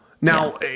Now